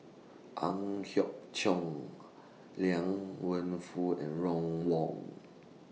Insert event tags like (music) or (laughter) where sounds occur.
Ang Hiong (unintelligible) Liang Wenfu and Ron Wong